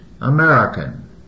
American